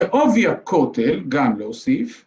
‫עובי הכותל, גם להוסיף.